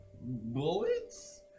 bullets